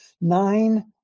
nine